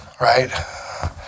right